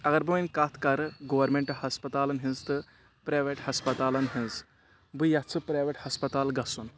اگر بہٕ وَنہِ کَتھ کَرٕ گورمیںٹ ہسپتالن ہِنٛز تہٕ پرٛیویٹ ہسپتالَن ہِنٛز بہٕ یَژھٕ پرٛیویٹ ہَسپَتال گژھُن